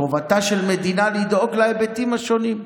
חובתה של מדינה לדאוג להיבטים השונים.